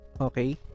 okay